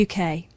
UK